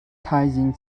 thaizing